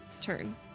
turn